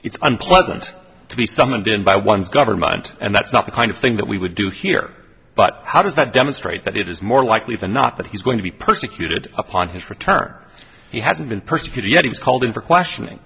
it's unpleasant to be summoned in by one's government and that's not the kind of thing that we would do here but how does that demonstrate that it is more likely than not that he's going to be persecuted upon his return he hasn't been persecuted yet he was called in for questioning